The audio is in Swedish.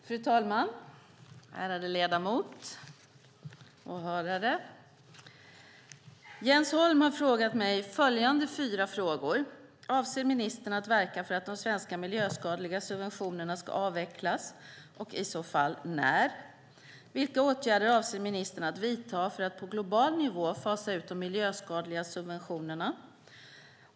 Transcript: Fru talman! Ärade ledamot! Ärade åhörare! Jens Holm har ställt följande fyra frågor till mig: Avser ministern att verka för att de svenska miljöskadliga subventionerna ska avvecklas och i så fall när? Vilka åtgärder avser ministern att vidta för att på global nivå fasa ut de miljöskadliga subventionerna?